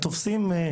תופסים,